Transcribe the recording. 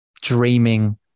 dreaming